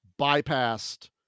bypassed